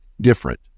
different